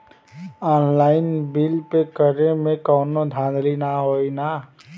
Online bill pay करे में कौनो धांधली ना होई ना?